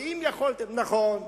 ואם יכולתם, נכון,